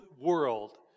world